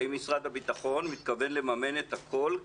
האם משרד הביטחון מתכוון לממן את הכול?